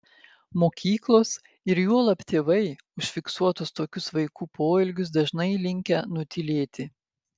mokyklos ir juolab tėvai užfiksuotus tokius vaikų poelgius dažnai linkę nutylėti